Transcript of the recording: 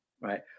right